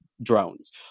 drones